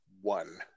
one